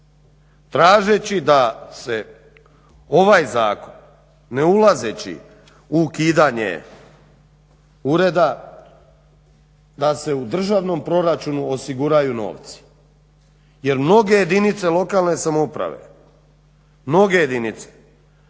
tražeći da se ovaj zakon ne ulazeći u ukidanje ureda, da se u državnom proračunu osiguraju novci jer mnoge jedinice lokalne samouprave, a najbolji